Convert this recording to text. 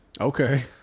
okay